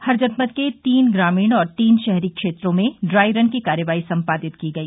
हर जनपद के तीन ग्रामीण और तीन शहरी क्षेत्रों में ड्राई रन की कार्रवाई सम्पादित की गई